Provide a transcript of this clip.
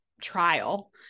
trial